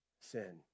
sin